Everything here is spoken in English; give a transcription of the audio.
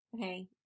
Okay